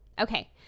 Okay